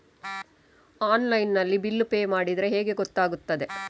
Online ನಲ್ಲಿ bill pay ಮಾಡಿದ್ರೆ ಹೇಗೆ ಗೊತ್ತಾಗುತ್ತದೆ?